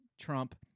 Trump